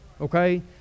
Okay